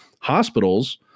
hospitals